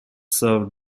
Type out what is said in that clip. served